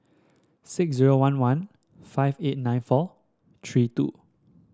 six zero one one five eight nine four three two